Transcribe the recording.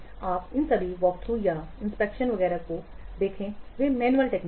आप इन सभी वाकथ्रू या निरीक्षण वगैरह को देखें वे मैनुअल तकनीक हैं